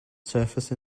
surface